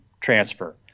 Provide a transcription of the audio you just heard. transfer